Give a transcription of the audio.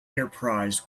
enterprise